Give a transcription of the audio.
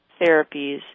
therapies